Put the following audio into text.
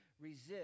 resist